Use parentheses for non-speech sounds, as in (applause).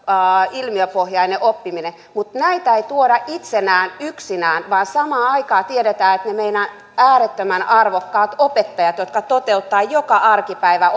ilmiöpohjainen oppiminen mutta näitä ei tuoda itsenään yksinään vaan samaan aikaan tiedetään että ne meidän äärettömän arvokkaat opettajat jotka toteuttavat joka arkipäivä (unintelligible)